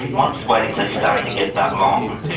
once waiting lists start to get that long,